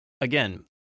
Again